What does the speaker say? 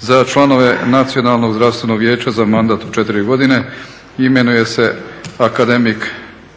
Za članove Nacionalno zdravstveno vijeća za mandat od 4 godine imenuje se akademik Pavao